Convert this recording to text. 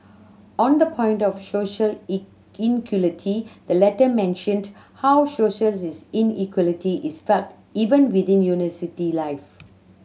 on the point of social inequality the letter mentioned how social inequality is felt even within university life